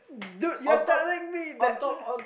dude you're telling me that